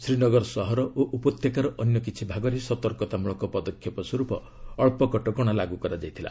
ଶ୍ରୀନଗର ସହର ଓ ଉପତ୍ୟକାର ଅନ୍ୟ କିଛି ଭାଗରେ ସତର୍କତାମୂଳକ ପଦକ୍ଷେପସ୍ୱର୍ପ ଅକ୍ଷ କଟକଣା ଲାଗୁ କରାଯାଇଥିଲା